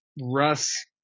Russ